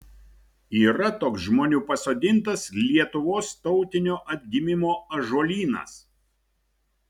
yra toks žmonių pasodintas lietuvos tautinio atgimimo ąžuolynas